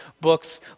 books